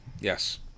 Yes